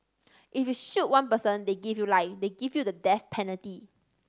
if you shoot one person they give you life they give you the death penalty